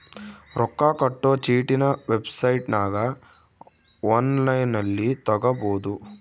ರೊಕ್ಕ ಕಟ್ಟೊ ಚೀಟಿನ ವೆಬ್ಸೈಟನಗ ಒನ್ಲೈನ್ನಲ್ಲಿ ತಗಬೊದು